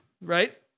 right